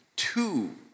two